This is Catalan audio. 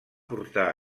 portar